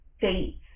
dates